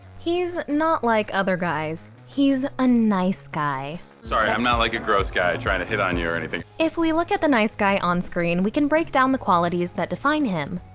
he's not like other guys, he's a nice guy. sorry, i'm not like a gross guy trying to hit on you or anything. if we look at the nice guy onscreen, we can break down the qualities that define him.